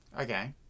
Okay